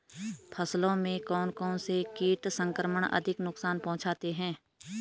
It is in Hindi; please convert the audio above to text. फसलों में कौन कौन से कीट संक्रमण अधिक नुकसान पहुंचाते हैं?